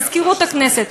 מזכירות הכנסת,